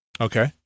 Okay